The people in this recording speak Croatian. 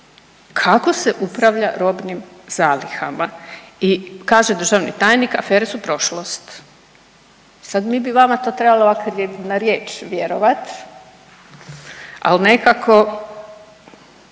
kako se upravlja robnim zalihama? I kaže državni tajnik afere su prošlost, sad mi bi vama to trebali ovako na riječ vjerovat, al nekako